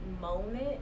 moment